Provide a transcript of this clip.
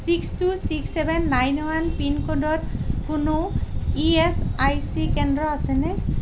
six two six seven nine one পিনক'ডত কোনো E S I C কেন্দ্ৰ আছেনে